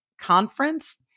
conference